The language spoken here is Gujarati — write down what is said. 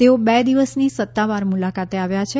તેઓ બે દિવસની સત્તાવાર મુલાકાતે આવ્યા છે